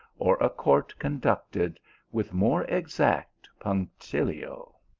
or a court con ducted with more exact punctilio.